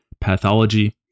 pathology